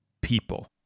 people